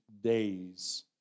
days